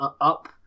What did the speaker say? up